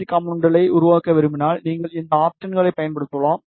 C காம்போனென்ட்களை உருவாக்க விரும்பினால் நீங்கள் இந்த ஆப்ஷன்களை பயன்படுத்தலாம்